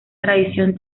tradición